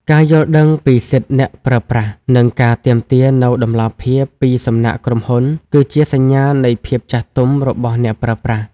ការយល់ដឹងពីសិទ្ធិអ្នកប្រើប្រាស់ និងការទាមទារនូវតម្លាភាពពីសំណាក់ក្រុមហ៊ុន គឺជាសញ្ញានៃភាពចាស់ទុំរបស់អ្នកប្រើប្រាស់។